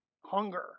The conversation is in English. Hunger